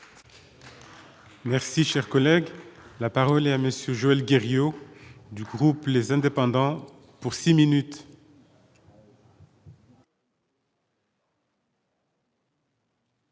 Merci, cher collègue, la parole est à monsieur Joël Guerriau du groupe, les indépendants pour 6 minutes.